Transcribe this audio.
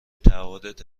تعهدات